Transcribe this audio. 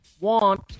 want